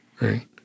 Right